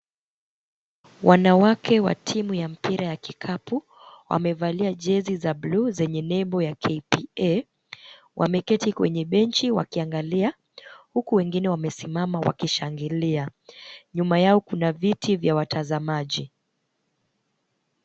Wanawake wa timu ya mpira ya kikapu wamevalia jezi za buluu zenye nembo ya KPA. Wameketi kwenye benchi wakiangalia huku wengine wamesimama wakishangilia. Nyuma yao kuna viti vya watazamaji.